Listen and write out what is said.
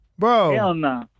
Bro